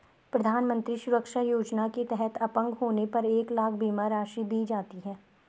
प्रधानमंत्री सुरक्षा योजना के तहत अपंग होने पर एक लाख बीमा राशि दी जाती है